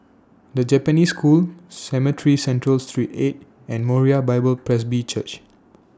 The Japanese School Cemetry Central three eight and Moriah Bible Presby Church